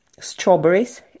strawberries